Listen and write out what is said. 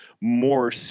more